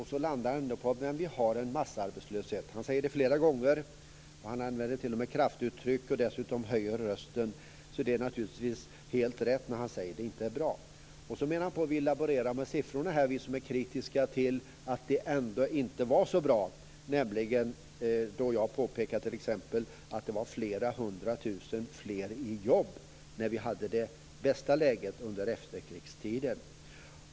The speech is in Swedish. Så landar han på: Men vi har en massarbetslöshet. Han säger det flera gånger, han använder kraftuttryck och han höjer dessutom rösten. Så det är naturligtvis helt rätt när han säger att det inte är bra. Sedan menar han att vi laborerar med siffrorna, vi som är kritiska till påståendet att det ändå inte var så bra, t.ex. när jag påpekade att det var flera hundra tusen fler i jobb när vi hade det bästa läget under efterkrigstiden.